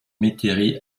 métairie